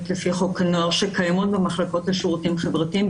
לפי חוק הנוער במחלקות לשירותים חברתיים.